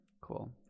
Cool